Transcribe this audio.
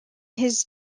his